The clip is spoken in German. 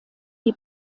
die